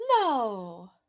no